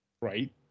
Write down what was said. right